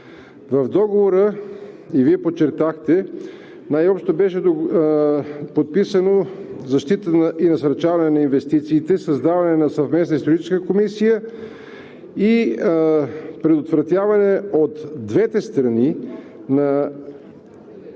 В Договора, и Вие подчертахте, най-общо беше подписано защита и насърчаване на инвестициите, създаване на съвместна Историческа комисия и предприемане от двете страни на